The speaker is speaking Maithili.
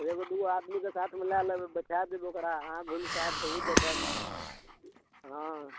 एक दू आदमीके साथमे लए लेबै बैठा देबै ओकरा अहाँ घुमिके आबि तऽ ओ बैठत हँ